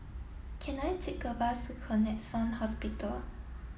can I take a bus to Connexion Hospital